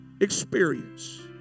experience